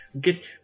Get